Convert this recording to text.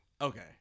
Okay